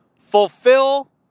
fulfill